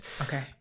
Okay